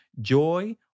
joy